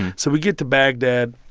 so we get to baghdad.